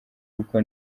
kuko